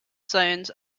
zones